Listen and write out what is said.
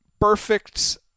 Perfect